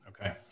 Okay